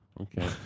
okay